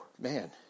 man